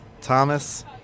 Thomas